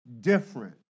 different